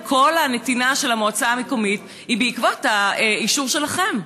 כל הנתינה של המועצה המקומית היא בעקבות האישור שלכם.